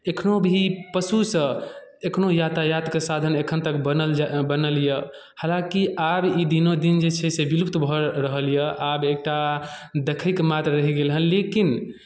एखनो भी पशु सँ एखनो यातायातके साधन एखन तक बनल जा बनल यए हालाँकि आब ई दिनोदिन जे छै से विलुप्त भऽ रहल यए आब एकटा देखैके मात्र रहि गेल हे लेकिन